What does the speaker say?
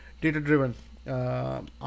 data-driven